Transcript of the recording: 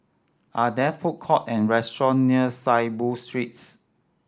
are there food court or restaurant near Saiboo Street